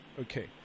Okay